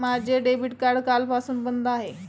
माझे debit card कालपासून बंद आहे